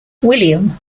william